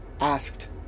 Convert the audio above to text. Asked